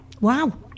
Wow